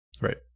Right